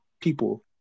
people